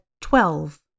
Twelve